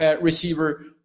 receiver